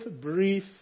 brief